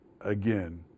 again